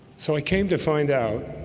so i came to find out